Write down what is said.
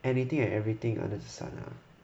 anything and everything under the sun